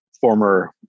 former